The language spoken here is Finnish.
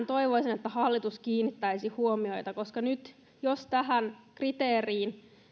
toivoisin että hallitus kiinnittäisi tähän huomiota koska nyt jos tähän kriteeriin